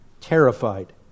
terrified